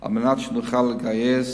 על מנת שנוכל לגייס